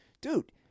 dude